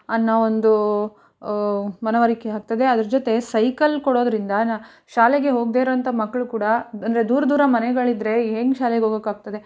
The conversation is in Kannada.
ಅನ್ನೊ ಒಂದೂ ಮನವರಿಕೆ ಆಗ್ತದೆ ಅದರ ಜೊತೆ ಸೈಕಲ್ ಕೊಡೋದರಿಂದ ನ ಶಾಲೆಗೆ ಹೋಗ್ದಿರೋ ಅಂಥ ಮಕ್ಕಳು ಕೂಡ ಅಂದರೆ ದೂರ ದೂರ ಮನೆಗಳಿದ್ದರೆ ಹೇಗ್ ಶಾಲೆಗೆ ಹೋಗೊಕ್ಕಾಗ್ತದೆ